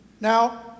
Now